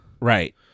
right